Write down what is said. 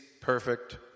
perfect